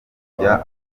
kujya